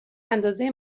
اندازه